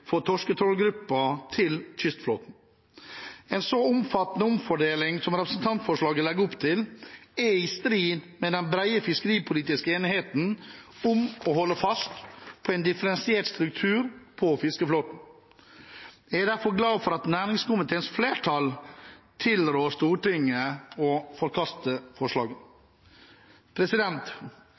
til kystflåten. En så omfattende omfordeling som representantforslaget legger opp til, er i strid med den brede fiskeripolitiske enigheten om å holde fast på en differensiert struktur på fiskeflåten. Jeg er derfor glad for at næringskomiteens flertall tilrår Stortinget å forkaste forslaget.